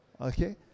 Okay